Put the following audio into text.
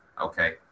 Okay